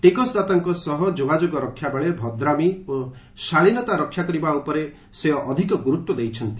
ଟିକସଦାତାଙ୍କ ସହ ଯୋଗାଯୋଗ ରକ୍ଷାବେଳେ ଭଦ୍ରାମୀ ଓ ଶାଳୀନତା ରକ୍ଷା ଉପରେ ସେ ଗୁରୁତ୍ୱ ଦେଇଛନ୍ତି